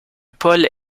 paul